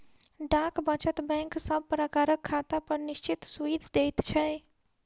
डाक वचत बैंक सब प्रकारक खातापर निश्चित सूइद दैत छै